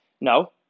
no